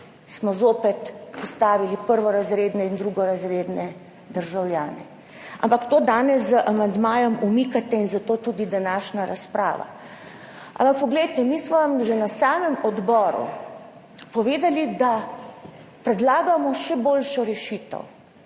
smo zopet postavili prvorazredne in drugorazredne državljane. Ampak to danes z amandmajem umikate in zato tudi današnja razprava. Mi smo vam že na samem odboru povedali, da predlagamo še boljšo rešitev,